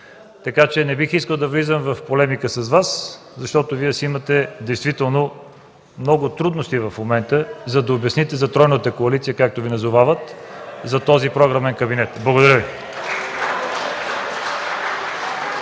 дейност. Не бих искал да влизам в полемика с Вас, защото Вие си имате действително много трудности в момента, за да обясните за тройната коалиция, както Ви назовават, за този програмен кабинет. Благодаря Ви.